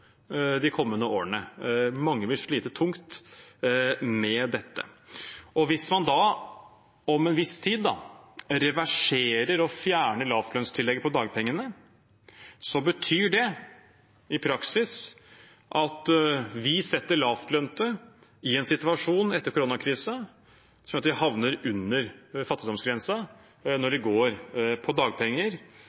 de kommende årene. Mange vil slite tungt med dette. Hvis man da om en viss tid reverserer og fjerner lavlønnstillegget på dagpengene, betyr det i praksis at vi setter lavtlønte i en slik situasjon etter koronakrisen at de havner under fattigdomsgrensen når de går på dagpenger.